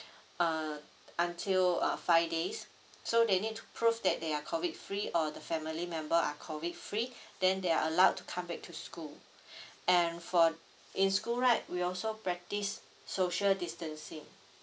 uh until uh five days so they need to prove that they are COVID free or the family member are COVID free then they are allowed to come back to school and for in school right we also practice social distancing